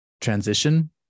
transition